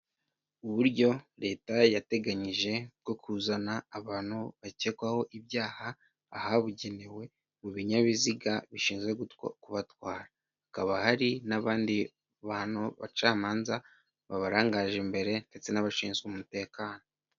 Uburyo leta yateganyije bwo kuzana abantu bakekwaho ibyaha ahabugenewe mu binyabiziga bishinzwe kubatwara. Hakaba hari n'abandi bantu bacamanza babarangaje imbere ndetse n'abashinzwe umutekano.